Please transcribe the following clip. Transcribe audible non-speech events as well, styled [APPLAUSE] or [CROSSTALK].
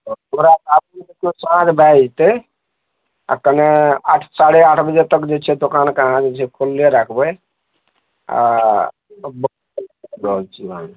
[UNINTELLIGIBLE] आबिते साँझ भए जेतय आओर कने आठ साढ़े आठ बजे तक जे छै दोकानके अहाँ जे छै खोलले राखबय आबि रहल छी वहाँ